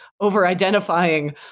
over-identifying